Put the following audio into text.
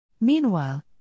Meanwhile